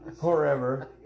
forever